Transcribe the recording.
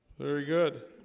very good